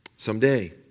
Someday